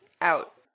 out